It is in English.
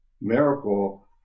miracle